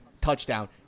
touchdown